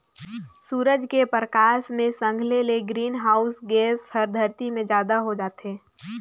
सूरज के परकास मे संघले ले ग्रीन हाऊस गेस हर धरती मे जादा होत जाथे